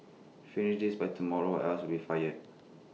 finish this by tomorrow or else you'll be fired